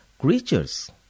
creatures